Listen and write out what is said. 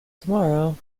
tomorrow